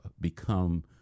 become